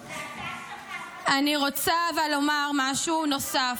אני רוצה לומר משהו נוסף.